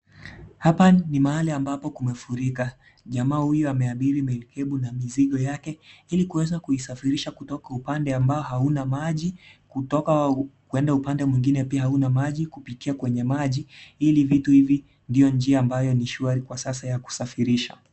Hapa ni mahali ampabo kumefurika, jamaa huyu amehama na mzigo yake ili kuweza kuisafirisha kutoka upande ambaye hauna maji kutoka kuenda upande mwingine pia hakuna maji kupitia kwenye maji ili viti hivi viwe njia ambayo iko shwari kwa sasa ya kusafirisha.